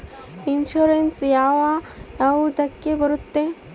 Insurance ಯಾವ ಯಾವುದಕ್ಕ ಬರುತ್ತೆ?